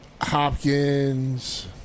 Hopkins